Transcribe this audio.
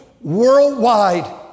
worldwide